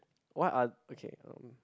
what are okay